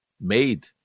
made